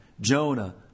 Jonah